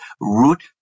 root